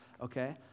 Okay